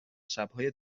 شبهای